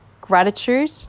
Gratitude